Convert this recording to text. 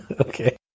Okay